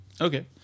Okay